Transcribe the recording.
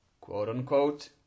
quote-unquote